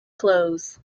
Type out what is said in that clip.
clothes